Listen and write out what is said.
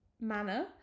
manner